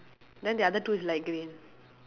then the other two is light green